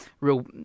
real